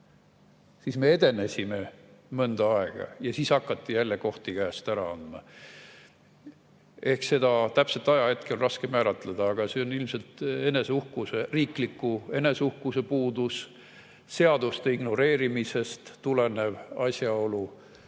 Siis me edenesime mõnda aega ja siis hakati jälle kohti käest ära andma. Ehk seda täpset ajahetke on raske määratleda, aga see on ilmselt riikliku eneseuhkuse puudus, seaduste ignoreerimisest tulenev asjaolu.